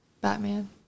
Batman